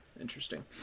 interesting